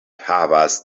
havas